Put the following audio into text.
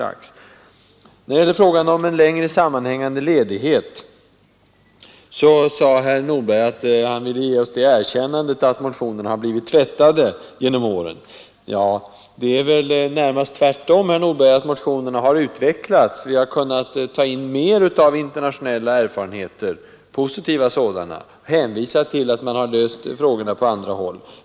När det gäller frågan om en längre sammanhängande ledighet sade herr Nordberg att han ville ge oss det erkännandet att motionerna blivit tvättade genom åren. Det är väl närmast tvärtom, herr Nordberg, dvs. att motionerna har utvecklats. Vi har kunnat ta med mer positiva internationella erfarenheter och kunnat hänvisa till att man har löst dessa frågor på andra håll.